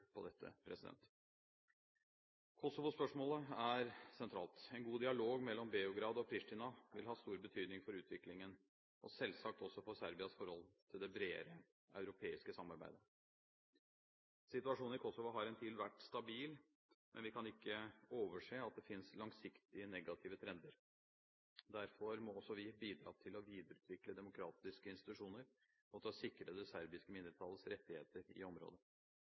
på dette. Kosovo-spørsmålet er sentralt. En god dialog mellom Beograd og Pristina vil ha stor betydning for utviklingen – og selvsagt også for Serbias forhold til det bredere europeiske samarbeidet. Situasjonen i Kosovo har en tid vært stabil, men vi kan ikke overse at det finnes langsiktige, negative trender. Derfor må også vi bidra til å videreutvikle demokratiske institusjoner og til å sikre det serbiske mindretallets rettigheter i området.